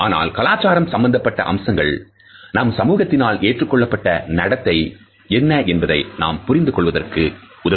ஆனால் கலாச்சாரம் சம்பந்தப்பட்ட அம்சங்கள் நம் சமூகத்தினால் ஏற்றுக் கொள்ளப்பட்ட நடத்தை என்ன என்பதை நாம் புரிந்து கொள்வதற்கு உதவும்